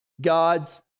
God's